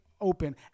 open